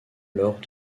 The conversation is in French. lors